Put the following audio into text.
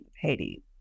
Haiti